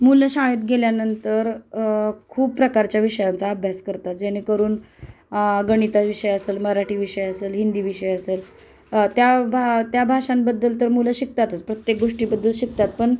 मुलं शाळेत गेल्यानंतर खूप प्रकारच्या विषयांचा अभ्यास करतात जेणेकरून गणिता विषय असेल मराठी विषय असेल हिंदी विषय असेल त्या भा त्या भाषांबद्दल तर मुलं शिकतातच प्रत्येक गोष्टीबद्दल शिकतात पण